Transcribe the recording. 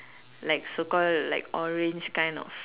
like so called like orange kind of